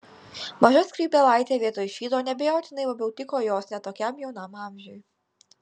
maža skrybėlaitė vietoj šydo neabejotinai labiau tiko jos ne tokiam jaunam amžiui